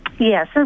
Yes